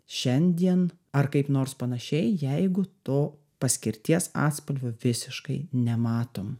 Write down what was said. šiandien ar kaip nors panašiai jeigu to paskirties atspalvio visiškai nematom